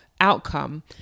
outcome